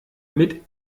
mit